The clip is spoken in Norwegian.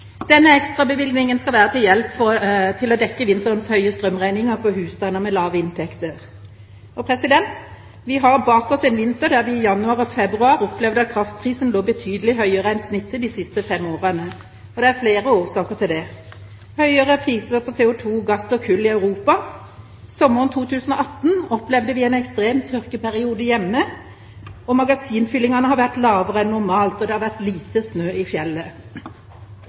Denne ekstrabevilgningen skal være til hjelp for å dekke vinterens høye strømregninger i husstander med lave inntekter. Vi har bak oss en vinter der vi i januar og februar opplevde at kraftprisen lå betydelig høyere enn snittet de siste fem årene. Det er flere årsaker til det: Det har vært høyere priser på CO2, gass og kull i Europa. Sommeren 2018 opplevde vi en ekstrem tørkeperiode her hjemme. Magasinfyllingene har vært lavere enn normalt. Det har vært lite snø i fjellet.